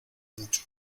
mucho